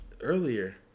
earlier